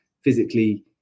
physically